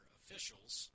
officials